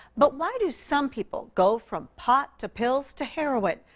but why do some people go from pot to pills to heroin?